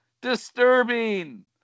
disturbing